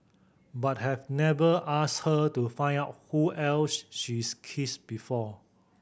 but I've never asked her to find out who else she's kissed before